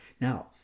Now